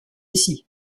ici